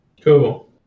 cool